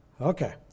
Okay